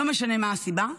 לא משנה מה הסיבה.